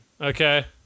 Okay